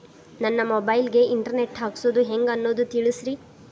ನನ್ನ ಮೊಬೈಲ್ ಗೆ internet ಹಾಕ್ಸೋದು ಹೆಂಗ್ ಅನ್ನೋದು ತಿಳಸ್ರಿ